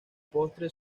postre